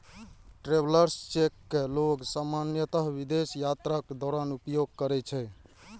travellers cheque कें लोग सामान्यतः विदेश यात्राक दौरान उपयोग करै छै